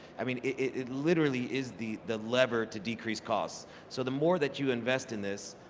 i mean, it literally is the the lever to decrease costs, so the more that you invest in this,